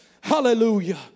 hallelujah